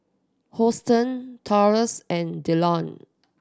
Hosteen Taurus and Dillion